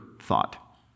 thought